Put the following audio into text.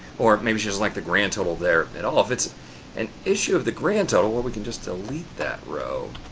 or maybe she doesn't like the grand total there at all. if it's an issue of the grand total, well, we can just delete that row,